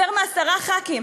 יותר מעשרה חברי כנסת,